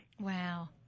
Wow